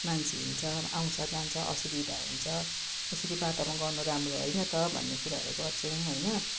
मान्छे हिँड्छ अब आउँछ जान्छ असुविधा हुन्छ यसरी बाटोमा गर्नु राम्रो होइन त भन्ने कुारहरू गर्छौँ होइन